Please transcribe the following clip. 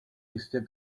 jistě